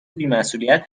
بیمسئولیت